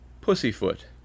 pussyfoot